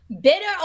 Bitter